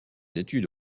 études